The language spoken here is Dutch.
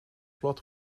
vlot